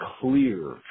clear